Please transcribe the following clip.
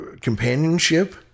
companionship